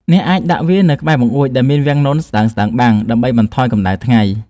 អ្នកអាចដាក់វានៅក្បែរបង្អួចដែលមានវាំងននស្តើងៗបាំង ដើម្បីបន្ថយកម្ដៅថ្ងៃ។